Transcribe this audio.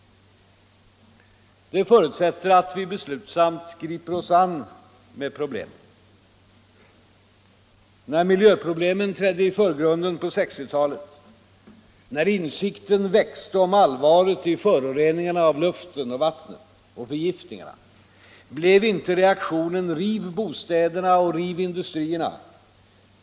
Det förutsätter att vi beslutsamt griper oss an med problemen. När miljproblemen trädde i förgrunden på 1960-talet, när insikten växte om allvaret i föroreningarna av luften och vattnet och förgiftningarna, blev inte reaktionen ”riv bostäderna och industrierna”.